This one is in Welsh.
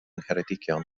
ngheredigion